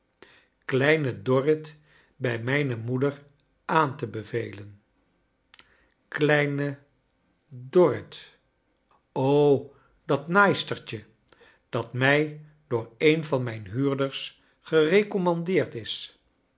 kleine dorrit bij mijne moeder aan te bevelen kleine dorrit dat naaistertje dat mij door een van mijn huurders gereoommandeerd is